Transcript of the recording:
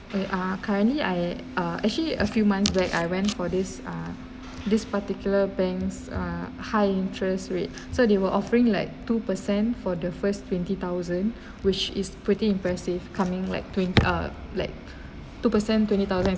uh ah currently I uh actually a few months back I went for this uh this particular banks uh high interest rate so they were offering like two percent for the first twenty thousand which is pretty impressive coming like twen~ uh like two percent twenty thousand